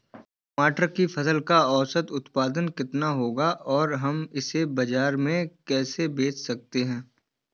टमाटर की फसल का औसत उत्पादन कितना होगा और हम इसे बाजार में कैसे बेच सकते हैं?